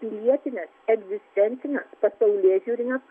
pilietines egzistencines pasaulėžiūrines